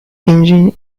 engine